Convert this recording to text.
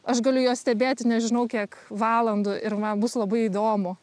aš galiu juos stebėti nežinau kiek valandų ir va bus labai įdomu